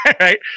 right